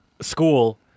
school